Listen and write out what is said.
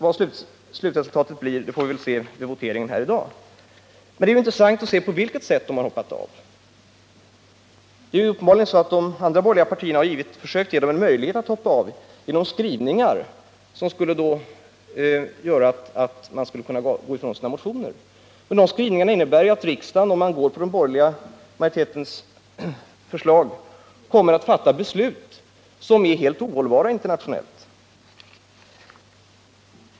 Vad slutresultatet blir får vi väl se vid voteringen i dag. Men det är intressant att se på vilket sätt de har hoppat av. Uppenbarligen har de andra borgerliga partierna försökt göra sådana skrivningar att det skulle underlätta för centerpartisterna att hoppa av från sina motioner. Den borgerliga majoritetens skrivningar innebär att riksdagen skulle fatta beslut som är helt ohållbara internationellt sett.